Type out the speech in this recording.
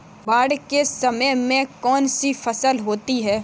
बाढ़ के समय में कौन सी फसल होती है?